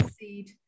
seed